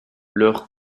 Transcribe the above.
leur